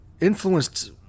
influenced